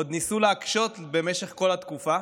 עוד ניסו להקשות עלייך במשך כל התקופה,